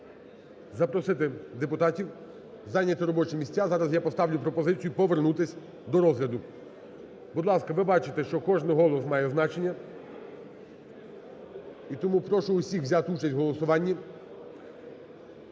запросити депутатів, зайняти робочі місця, зараз я поставлю пропозицію повернутись до розгляду. Будь ласка, ви бачите, що кожен голос має значення, і тому прошу всіх взяти участь в голосуванні.